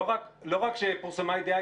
לא רק שפורסמה ידיעה.